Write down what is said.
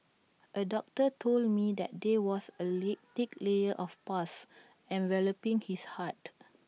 A doctor told me that there was A leak thick layer of pus enveloping his heart